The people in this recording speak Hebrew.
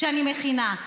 שאני מכינה,